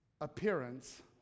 appearance